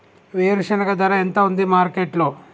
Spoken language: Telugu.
వేరుశెనగ ధర ఎంత ఉంది మార్కెట్ లో?